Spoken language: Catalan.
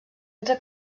entre